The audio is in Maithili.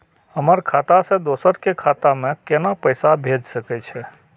हमर खाता से दोसर के खाता में केना पैसा भेज सके छे?